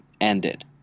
ended